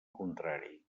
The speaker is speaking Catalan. contrari